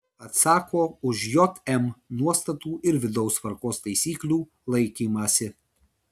atsako už jm nuostatų ir vidaus tvarkos taisyklių laikymąsi